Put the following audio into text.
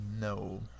No